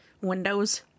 windows